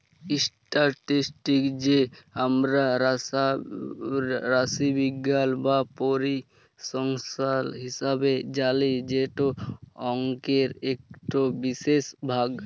statistics কে আমরা রাশিবিজ্ঞাল বা পরিসংখ্যাল হিসাবে জালি যেট অংকের ইকট বিশেষ ভাগ